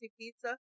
Pizza